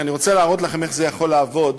שאני רוצה להראות לכם איך זה יכול לעבוד,